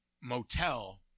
motel